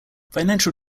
financial